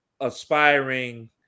aspiring